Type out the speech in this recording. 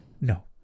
No